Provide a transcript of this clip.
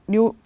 New